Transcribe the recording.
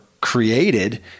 created